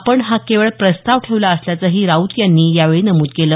आपण हा केवळ प्रस्ताव ठेवला असल्याचंही राऊत यांनी यावेळी नमुद केलं